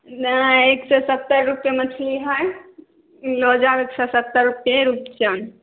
नहि एक सए सत्तर रुपैये मछली हय लऽ जाउ एक सए सत्तर रुपैये रूपचन